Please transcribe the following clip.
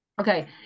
Okay